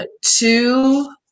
Two